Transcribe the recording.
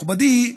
מכובדי,